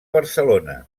barcelona